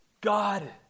God